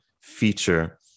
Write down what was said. feature